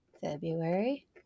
February